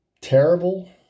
terrible